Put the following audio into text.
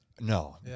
No